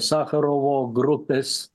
sacharovo grupės